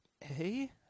hey